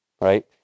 right